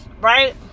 right